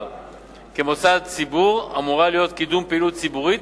כמוסד ציבור אמורה להיות קידום פעילות ציבורית,